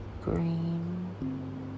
green